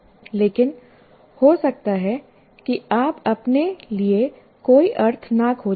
लेकिन हो सकता है कि आप अपने लिए कोई अर्थ न खोज पाएं